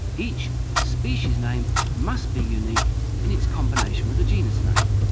each species name must be unique in its combination with a genus name.